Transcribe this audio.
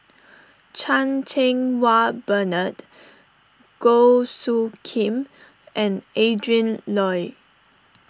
Chan Cheng Wah Bernard Goh Soo Khim and Adrin Loi